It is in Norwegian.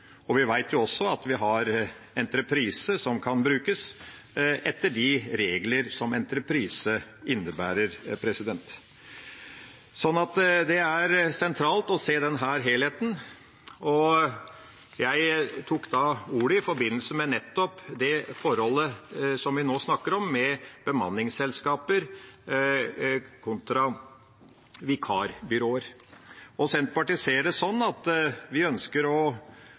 også at vi har entreprise som kan brukes etter de regler som entreprise innebærer. Det er sentralt å se denne helheten. Jeg tok ordet i forbindelse med nettopp det forholdet vi snakker om nå: bemanningsselskaper kontra vikarbyråer. Senterpartiet ønsker å fase ut bemanningsselskapene. Det må vi gjøre ved at vi tar vekk arbeidsmiljømiljøloven § 14-12 andre ledd, som er hele låvedøra for å